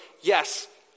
yes